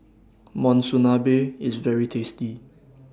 Monsunabe IS very tasty